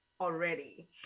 already